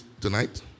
tonight